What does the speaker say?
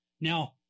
Now